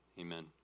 Amen